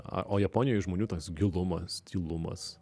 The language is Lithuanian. a o japonijoj žmonių tas gilumas tylumas